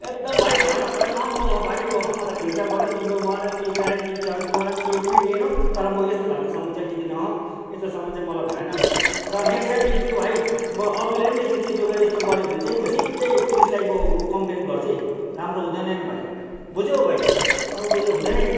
एकदम भाइ भएन भएन अहँ म भाइ अहँ मलाई फिर्ता गरिदेउ तिम्रो वारेन्टी ग्यारेन्टी खै मलाई पनि केही पनि दिएनौ तर म यस्तो खालको सामान चाहिँ लिदिनँ अहँ यस्तो सामान चाहिँ मलाई भएन भाइ र नेक्सट टाइमदेखिको भाइ म अरूले नि यस्तो चिज लगेर यस्तो गऱ्यो भने चाहिँ म सिधै पुलिसलाई म कम्पलेन गर्छु है राम्रो हुँदैन नि भाइ बुझ्यौ ओ भैया अब बुज्यो हुँदैनै